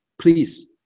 please